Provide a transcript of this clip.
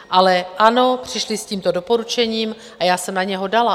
Ale ano, přišli s tímto doporučením a já jsem na něj dala.